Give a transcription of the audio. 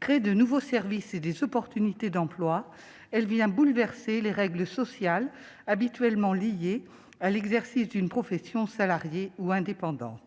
crée de nouveaux services et des opportunités d'emplois, elle vient bouleverser les règles sociales habituellement attachées à l'exercice d'une profession salariée ou indépendante.